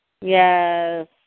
Yes